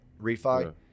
refi